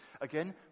again